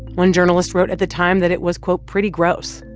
one journalist wrote at the time that it was, quote, pretty gross,